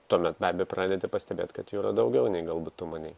tuomet be abejo pradedi pastebėt kad jų yra daugiau nei galbūt tu manei